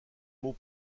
mot